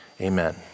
amen